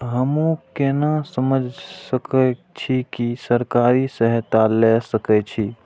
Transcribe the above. हमू केना समझ सके छी की सरकारी सहायता ले सके छी?